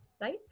Right